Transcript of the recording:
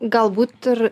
galbūt ir